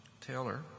Taylor